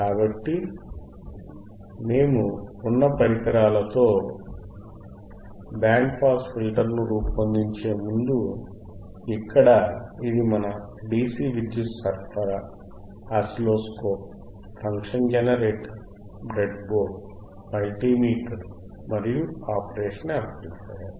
కాబట్టి మేము ఉన్న పరికరాలతో బ్యాండ్ పాస్ ఫిల్టర్ను రూపొందించే ముందు ఇక్కడ ఇది మన DC విద్యుత్ సరఫరా oscilloscope function generator breadboard multimeter మరియు ఆపరేషనల్ యాంప్లిఫైయర్